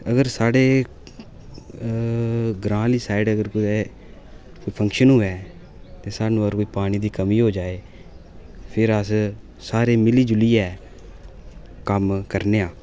अगर साढ़े ग्रांऽ आह्ली साईड अगर कुतै फंक्शन होऐ ते सानूं अगर पानी दी कमी होई जाए फिर अस सारे मिल्ली जुल्लियै कम्मै करने आं